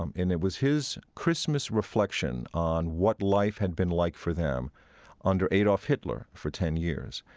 um and it was his christmas reflection on what life had been like for them under adolf hitler for ten years.